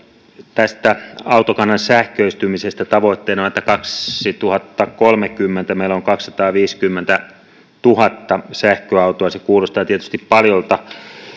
tästä autokannan sähköistymisestä tavoitteena on että kaksituhattakolmekymmentä meillä on kaksisataaviisikymmentätuhatta sähköautoa se kuulostaa tietysti paljolta ja